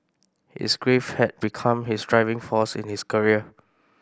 his grief had become his driving force in his career